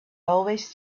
always